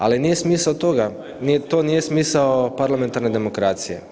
Ali nije smisao toga, nije to nije smisao parlamentarne demokracije.